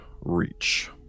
reach